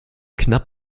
knapp